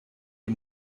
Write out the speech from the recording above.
ihr